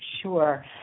Sure